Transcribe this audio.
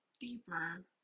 deeper